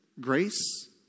grace